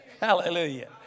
Hallelujah